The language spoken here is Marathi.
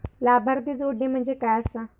लाभार्थी जोडणे म्हणजे काय आसा?